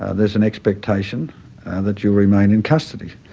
ah there's an expectation that you remain in custody.